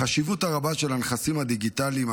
החשיבות הרבה של הנכסים הדיגיטליים,